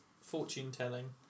Fortune-telling